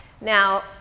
Now